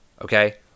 Okay